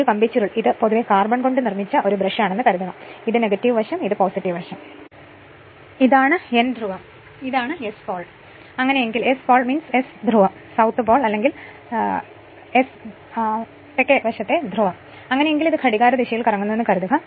ഈ കമ്പിച്ചുരുൾ ഇത് പൊതുവെ കാർബൺ കൊണ്ട് നിർമ്മിച്ച ഒരു ബ്രഷ് ആണെന്ന് കരുതുക ഇതാണ് വശം ഇതാണ് വശം ഇതാണ് N ധ്രുവം ഇതാണ് S പോൾ അങ്ങനെയെങ്കിൽ ഇത് ഘടികാരദിശയിൽ കറങ്ങുന്നുവെന്ന് കരുതുക